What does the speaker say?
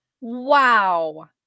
Wow